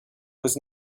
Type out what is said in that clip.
was